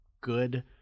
good